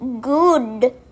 good